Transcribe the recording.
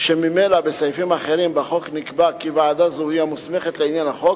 שממילא בסעיפים אחרים בחוק נקבע כי ועדה זו היא המוסמכת לעניין החוק,